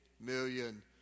million